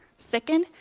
second,